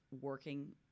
working